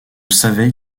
savait